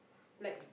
like